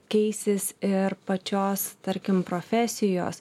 keisis ir pačios tarkim profesijos